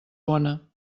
bona